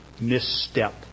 misstep